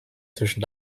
zwischen